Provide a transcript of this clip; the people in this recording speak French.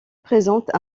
présente